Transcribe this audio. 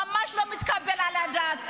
ממש לא מתקבל על הדעת.